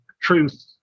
truth